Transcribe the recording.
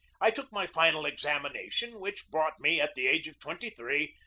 i took my final examination, which brought me, at the age of twenty-three,